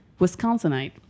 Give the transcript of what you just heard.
wisconsinite